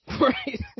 Right